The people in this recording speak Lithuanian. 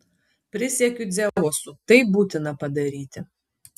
prisiekiu dzeusu tai būtina padaryti